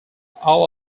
all